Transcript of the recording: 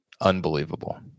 unbelievable